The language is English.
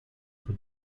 for